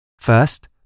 First